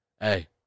hey